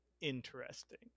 interesting